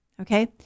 okay